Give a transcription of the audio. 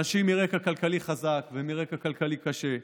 אנשים מרקע כלכלי חזק ומרקע כלכלי קשה.